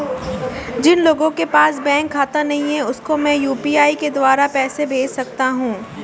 जिन लोगों के पास बैंक खाता नहीं है उसको मैं यू.पी.आई के द्वारा पैसे भेज सकता हूं?